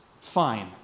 fine